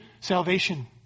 salvation